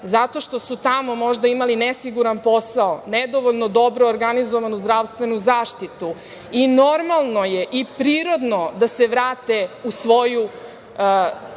zato što su tamo možda imali nesiguran posao, nedovoljno dobro organizovanu zdravstvenu zaštitu i normalno je i prirodno da se vrate u svoju